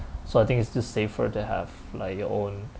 so I think it's still safer to have like your own